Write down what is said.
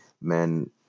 men